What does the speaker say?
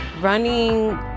Running